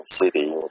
city